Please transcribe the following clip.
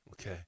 Okay